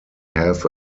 have